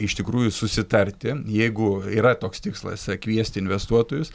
iš tikrųjų susitarti jeigu yra toks tikslas kviesti investuotojus